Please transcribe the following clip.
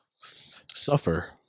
suffer